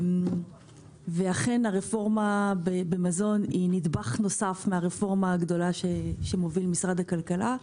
אכן הרפורמה במזון היא נדבך נוסף מהרפורמה הגדולה שמוביל משרד הכלכלה.